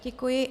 Děkuji.